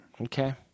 Okay